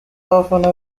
abafana